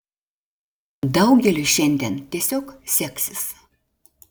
daugeliui šiandien tiesiog seksis